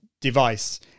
device